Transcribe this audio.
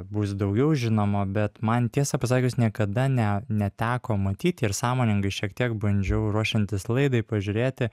bus daugiau žinoma bet man tiesą pasakius niekada ne neteko matyt ir sąmoningai šiek tiek bandžiau ruošiantis laidai pažiūrėti